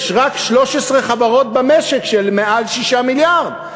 יש רק 13 חברות במשק שהן מעל 6 מיליארד,